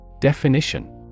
Definition